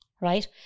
Right